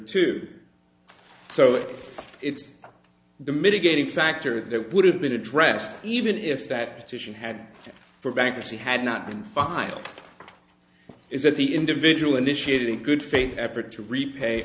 two so it's the mitigating factor that would have been addressed even if that fishing had for bankruptcy had not been final is that the individual initiated in good faith effort to repay